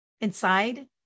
inside